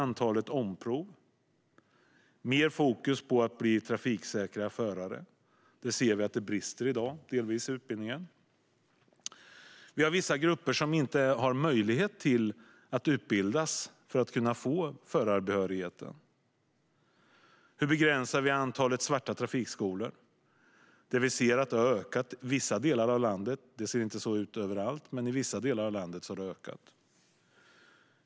Det sätts mer fokus på att utbilda trafiksäkra förare. Där ser vi att det delvis brister i utbildningen i dag. Det är vissa grupper som inte har möjlighet att utbilda sig för att få förarbehörighet. Hur begränsar man antalet svarta trafikskolor? Vi ser att de har ökat i vissa delar, men inte i alla, av landet.